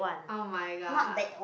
oh-my-god